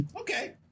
Okay